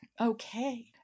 Okay